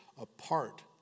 apart